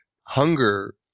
hunger